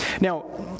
Now